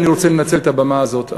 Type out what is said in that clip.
אני רוצה לנצל את הבמה הזאת,